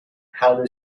how